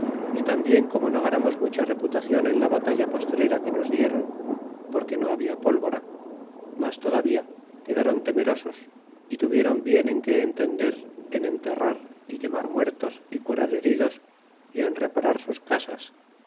y tambien como no ganamos mucha reputacion en la batalla postrera que nos dieron porque no labia pólvora mas todavía quedron temerosos y tuvieron bien en que entender en enterrar é quemar muertos y curar heridos y en reparar sus casas